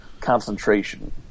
concentration